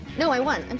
no, i won. i'm